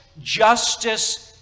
justice